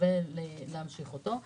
ששווה להמשיך אותו.